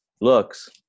looks